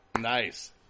Nice